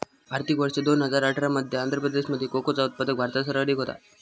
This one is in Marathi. आर्थिक वर्ष दोन हजार अठरा मध्ये आंध्र प्रदेशामध्ये कोकोचा उत्पादन भारतात सर्वाधिक होता